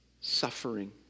suffering